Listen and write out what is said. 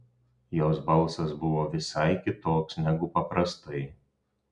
jos balsas buvo visai kitoks negu paprastai